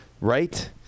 right